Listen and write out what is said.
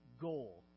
goal